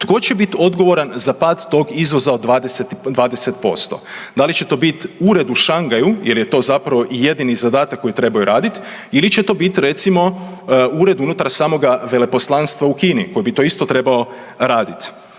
tko će biti odgovoran za pad tog izvoza od 20%, da li će to biti u ured u Šangaju jer je to zapravo i jedini zadatak koji trebaju raditi ili će to biti ured unutar samoga veleposlanstva u Kini koji bi to isto trebao radit?